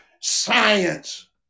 science